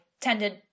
tended